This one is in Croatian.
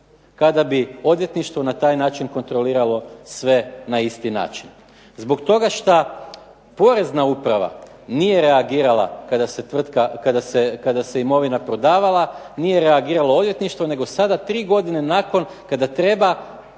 kada bi odvjetništvo na taj način kontroliralo sve na isti način. Zbog toga što porezna uprava nije reagirala kada se imovina prodavala, nije reagiralo odvjetništvo nego sada tri godine nakon, kada treba